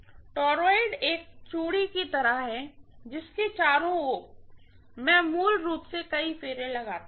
toroid एक चूड़ी की तरह है जिसके चारों ओर मैं मूल रूप से कई फेरे लगाती हूँ